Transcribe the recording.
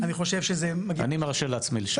אני מרשה לעצמי לשייך.